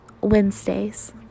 Wednesdays